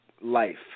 life